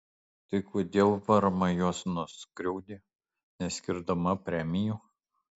tai kodėl vrm juos nuskriaudė neskirdama premijų